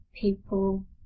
people